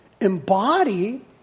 embody